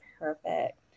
Perfect